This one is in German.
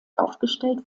aufgestellt